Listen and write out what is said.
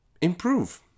improve